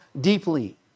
deeply